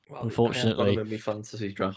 unfortunately